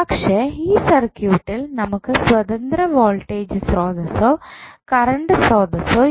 പക്ഷേ ഈ സർക്യൂട്ടിൽ നമുക്ക് സ്വതന്ത്ര വോൾട്ടേജ് സ്രോതസോ കറണ്ട് സ്രോതസോ ഇല്ല